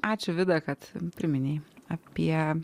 ačiū vida kad priminei apie